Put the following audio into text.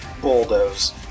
bulldoze